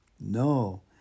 no